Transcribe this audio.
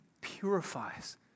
purifies